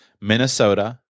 Minnesota